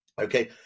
okay